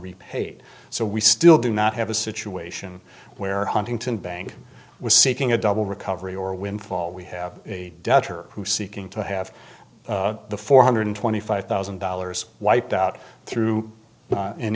repaid so we still do not have a situation where huntington bank was seeking a double recovery or windfall we have a debtor who seeking to have the four hundred twenty five thousand dollars wiped out through an in